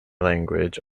language